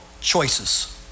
choices